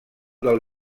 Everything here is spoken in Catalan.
del